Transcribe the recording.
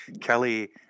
Kelly